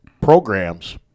programs